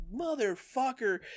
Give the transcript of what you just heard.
motherfucker